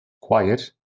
quiet